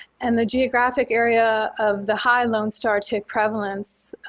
and the geographic area of the high lone star tick prevalence,